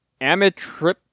amitriptyline